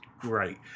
great